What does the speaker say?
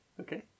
okay